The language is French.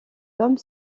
comme